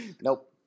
Nope